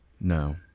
No